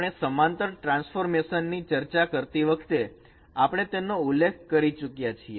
આપણે સમાંતર ટ્રાન્સફોર્મેશન ની ચર્ચા કરતી વખતે આપણે તેનો ઉલ્લેખ કરી ચૂક્યા છીએ